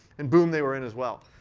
and boom, they were in as well.